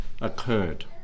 occurred